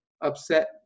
upset